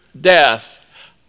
death